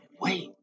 wait